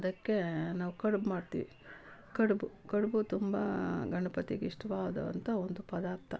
ಅದಕ್ಕೆ ನಾವು ಕಡ್ಬು ಮಾಡ್ತಿವಿ ಕಡುಬು ಕಡುಬು ತುಂಬ ಗಣಪತಿಗೆ ಇಷ್ಟ್ವಾದವಂಥ ಒಂದು ಪದಾರ್ಥ